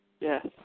Yes